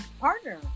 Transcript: partner